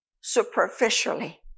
superficially